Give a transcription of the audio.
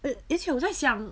我也再想